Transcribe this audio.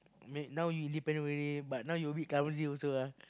made now you independent already but now you a bit clumsy also ah